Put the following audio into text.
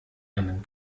einen